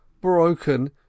broken